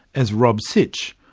as rob sitch,